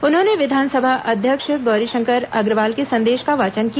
उन्होंने विधानसभा अध्यक्ष गौरीशंकर अग्रवाल के संदेश का वाचन किया